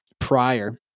prior